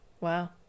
wow